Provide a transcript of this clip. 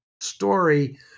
story